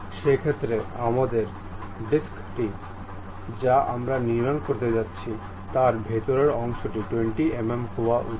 সেক্ষেত্রে আমাদের ডিস্কটি যা আমরা নির্মাণ করতে যাচ্ছি তার ভেতরের অংশটি 20 mm হওয়া উচিত